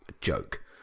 joke